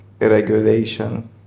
regulation